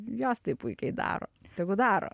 jos tai puikiai daro tegu daro